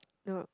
no